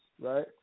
Right